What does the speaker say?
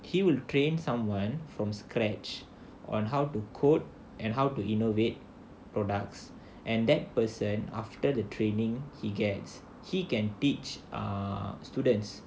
he will train someone from scratch on how to code and how to innovate products and that person after the training he gets he can teach err students